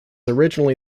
originally